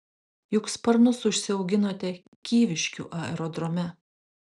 juk sparnus užsiauginote kyviškių aerodrome